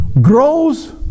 grows